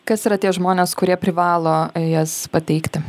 kas yra tie žmonės kurie privalo jas pateikti